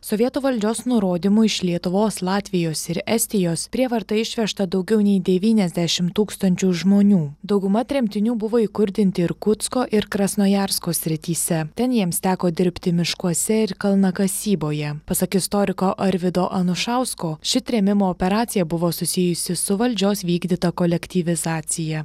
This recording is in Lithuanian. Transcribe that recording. sovietų valdžios nurodymu iš lietuvos latvijos ir estijos prievarta išvežta daugiau nei devyniasdešimt tūkstančių žmonių dauguma tremtinių buvo įkurdinti irkutsko ir krasnojarsko srityse ten jiems teko dirbti miškuose ir kalnakasyboje pasak istoriko arvydo anušausko ši trėmimo operacija buvo susijusi su valdžios vykdyta kolektyvizacija